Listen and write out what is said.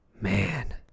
man